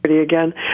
again